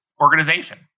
organization